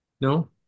No